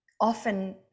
often